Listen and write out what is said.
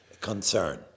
concern